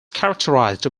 characterised